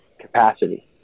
capacity